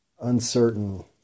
uncertain